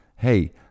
Hey